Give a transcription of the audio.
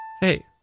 Hey